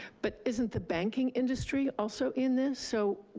but isn't the banking industry also in this? so,